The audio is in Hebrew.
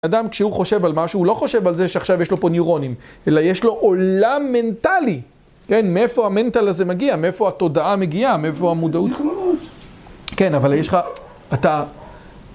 אדם כשהוא חושב על משהו, הוא לא חושב על זה שעכשיו יש לו פה נירונים, אלא יש לו עולם מנטלי. כן? מאיפה המנטל הזה מגיע? מאיפה התודעה מגיעה? מאיפה המודעות? כן, אבל יש לך, אתה...